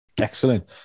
Excellent